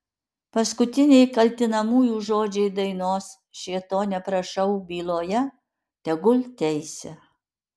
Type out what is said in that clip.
paskutiniai kaltinamųjų žodžiai dainos šėtone prašau byloje tegul teisia